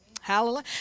Hallelujah